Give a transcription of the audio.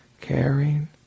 caring